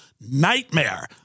nightmare